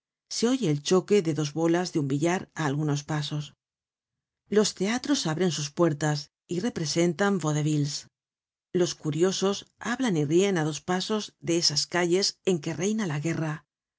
se oye el choque de dos bolas de un billar á algunos pasos los teatros abren sus puertas y representan vaudevilles los curiosos hablan y rien á dos pasos de esas calles en que reina la guerra